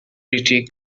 pretty